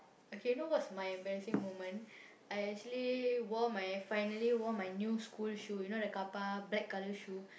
okay you know what's my embarrassing moment I actually wore my finally wore my new school shoe you know the Kappa black colour shoe